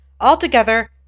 Altogether